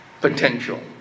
potential